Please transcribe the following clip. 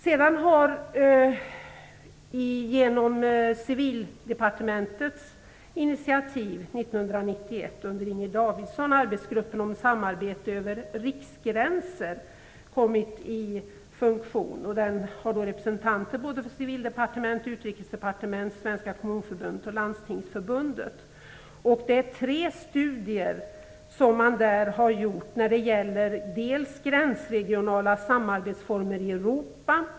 Sedan har vi Civildepartementets initiativ 1991, under Inger Davidson, att tillsätta en arbetsgrupp för samarbete över riksgränserna. Där ingår representanter för Civildepartementet, Landstingsförbundet. Tre studier har gjorts. En gäller gränsregionala samarbetsformer i Europa.